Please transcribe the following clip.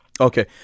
Okay